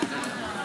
רוצה לספר לנו עליו,